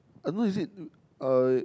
I know you said uh